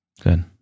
Good